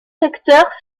secteurs